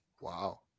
Wow